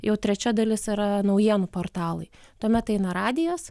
jau trečia dalis yra naujienų portalai tuomet eina radijas